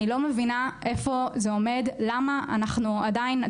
אני לא מבינה איפה זה עומד למה אנחנו עדיין את